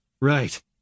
Right